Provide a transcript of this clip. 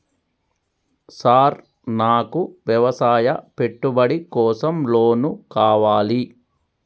Sir నాకు వ్యవసాయ పెట్టుబడి కోసం లోన్ కావాలి?